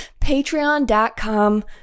patreon.com